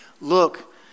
Look